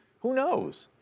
who knows.